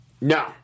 No